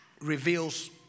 reveals